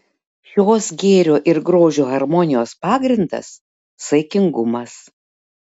šios gėrio ir grožio harmonijos pagrindas saikingumas